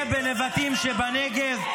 -- שיהיה בנבטים שבנגב.